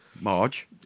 Marge